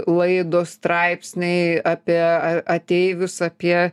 laidos straipsniai apie a ateivius apie